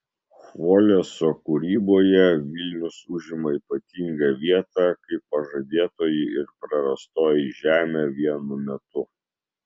chvoleso kūryboje vilnius užima ypatingą vietą kaip pažadėtoji ir prarastoji žemė vienu metu